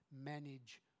manage